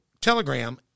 telegram